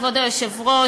כבוד היושב-ראש,